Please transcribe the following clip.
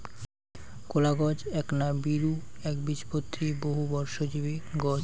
কলাগছ এ্যাকনা বীরু, এ্যাকবীজপত্রী, বহুবর্ষজীবী গছ